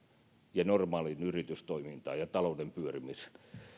ja normaaliin yritystoimintaan ja talouden pyörimiseen